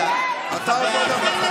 חבר הכנסת